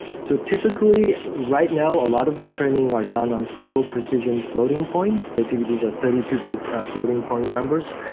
so typically, right now, a lot of the training are done on single precision floating point. basically, these are thirty two bit floating-point numbers.